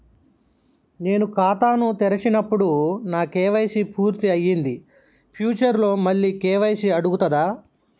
నేను ఖాతాను తెరిచినప్పుడు నా కే.వై.సీ పూర్తి అయ్యింది ఫ్యూచర్ లో మళ్ళీ కే.వై.సీ అడుగుతదా?